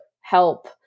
help